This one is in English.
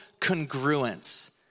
congruence